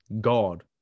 God